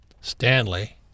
Stanley